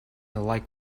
like